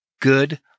good